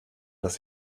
dass